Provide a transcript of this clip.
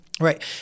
Right